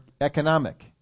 economic